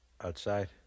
Outside